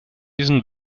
diesen